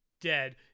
dead